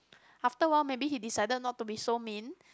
after awhile maybe he decided not to be so mean